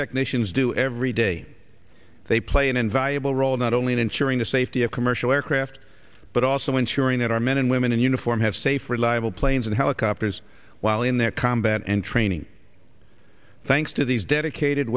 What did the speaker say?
technicians do every day they play an invaluable role not only in ensuring the safety of commercial aircraft but also ensuring that our men and women in uniform have safe reliable planes and helicopters while in their combat and training thanks to these dedicated